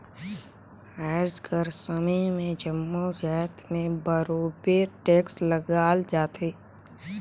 आएज कर समे में जम्मो जाएत में बरोबेर टेक्स लगाल जाथे